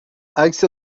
عکس